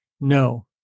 no